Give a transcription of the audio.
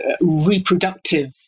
reproductive